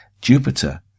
Jupiter